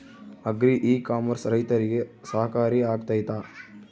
Agri e commerce ರೈತರಿಗೆ ಸಹಕಾರಿ ಆಗ್ತೈತಾ?